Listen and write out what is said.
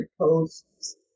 posts